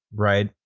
right,